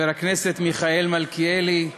חבר הכנסת מיכאל מלכיאלי,